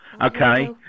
okay